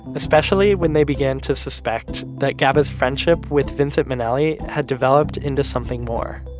especially when they began to suspect that gabas friendship with vincent minnelli had developed into something more.